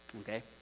Okay